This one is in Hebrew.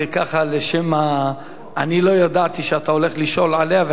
לא ידעתי שאתה הולך לשאול עליה.